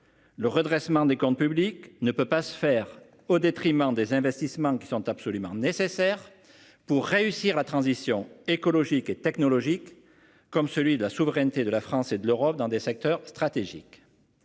Le redressement des comptes publics ne peut pas se faire au détriment des investissements qui sont absolument nécessaires pour réussir la transition écologique et technologique comme celui de la souveraineté de la France et de l'Europe dans des secteurs stratégiques.